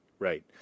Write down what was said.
Right